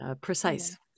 precise